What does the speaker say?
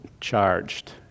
charged